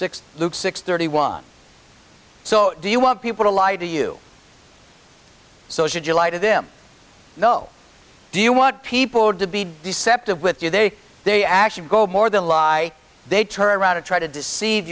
and thirty one so do you want people to lie to you so should you lie to them no do you want people to be deceptive with you they they actually go more than lie they turn around and try to deceive